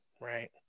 Right